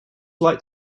like